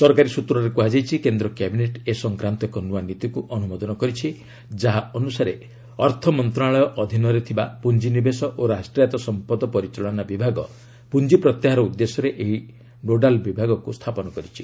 ସରକାରୀ ସୂତ୍ରରେ କୁହାଯାଇଛି କେନ୍ଦ୍ର କ୍ୟାବିନେଟ୍ ଏ ସଂକ୍ରାନ୍ତ ଏକ ନୂଆ ନୀତିକୁ ଅନୁମୋଦନ କରିଛି ଯାହା ଅନୁସାରେ ଅର୍ଥମନ୍ତ୍ରଣାଳୟ ଅଧୀନରେ ଥିବା ପୁଞ୍ଜିନିବେଶ ଓ ରାଷ୍ଟ୍ରାୟତ୍ତ ସମ୍ପଦ ପରିଚାଳନା ବିଭାଗ ପୁଞ୍ଜ ପ୍ରତ୍ୟାହାର ଉଦ୍ଦେଶ୍ୟରେ ଏହି ନୋଡାଲ୍ ବିଭାଗକୁ ସ୍ଥାପନ କରିଛି